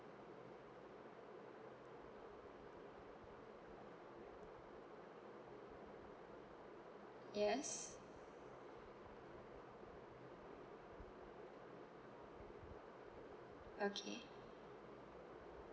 yes okay